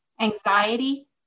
anxiety